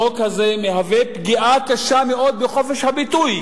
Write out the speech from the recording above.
החוק הזה מהווה פגיעה קשה מאוד בחופש הביטוי,